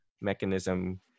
mechanism